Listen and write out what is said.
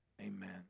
amen